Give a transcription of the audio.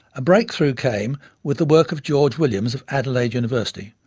a breakthrough came with the work of george williams of adelaide university,